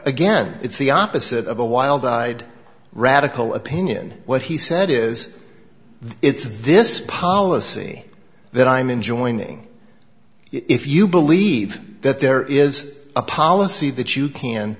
again it's the opposite of a wild eyed radical opinion what he said is it's this policy that i'm in joining if you believe that there is a policy that you can